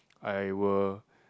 I will